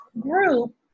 group